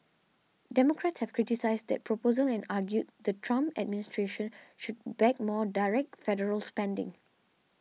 democrats have criticised that proposal and argued the Trump administration should back more direct federal spending